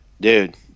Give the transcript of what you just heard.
dude